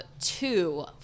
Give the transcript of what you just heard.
two